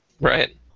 Right